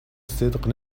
صدق